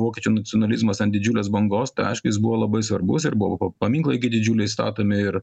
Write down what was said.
vokiečių nacionalizmas ant didžiulės bangos tai ašku jis buvo labai svarbus ir buvo pa paminklai gi didžiuliai statomi ir